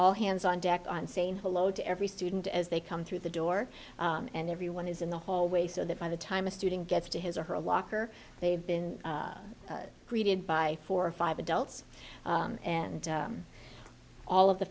all hands on deck on saying hello to every student as they come through the door and everyone is in the hallway so that by the time a student gets to his or her locker they've been greeted by four or five adults and all of the